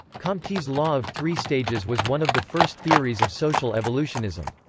comte's law of three stages was one of the first theories of social evolutionism.